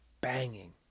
banging